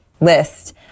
list